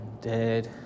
dead